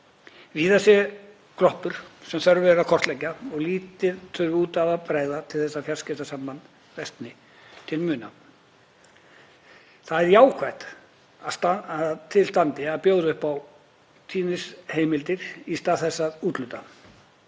Víða séu gloppur sem þörf er á að kortleggja og lítið þurfi út af að bregða til að fjarskiptasamband versni til muna. Það er jákvætt að til standi að bjóða upp tíðniheimildir í stað þess að úthluta.